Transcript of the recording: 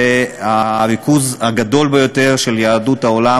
זה הריכוז הגדול ביותר של יהדות העולם,